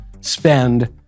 spend